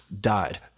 died